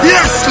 Yes